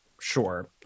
Sure